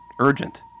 urgent